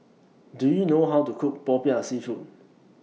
Do YOU know How to Cook Popiah Seafood